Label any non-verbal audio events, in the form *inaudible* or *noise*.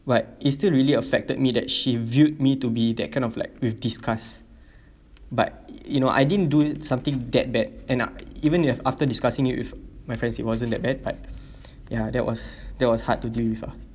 but it still really affected me that she viewed me to be that kind of like with disgust but you know I didn't do something that bad and even if after discussing it with my friends it wasn't that bad but *breath* ya that was that was hard to deal with ah